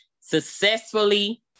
successfully